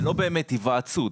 זה לא באמת היוועצות,